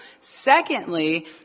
Secondly